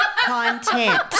Content